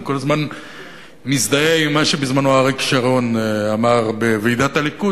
אני מזדהה עם מה שאמר בזמנו אריק שרון בוועידת הליכוד,